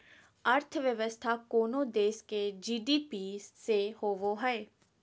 अर्थव्यवस्था कोनो देश के जी.डी.पी से होवो हइ